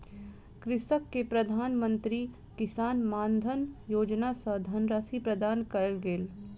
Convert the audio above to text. कृषक के प्रधान मंत्री किसान मानधन योजना सॅ धनराशि प्रदान कयल गेल